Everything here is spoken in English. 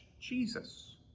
Jesus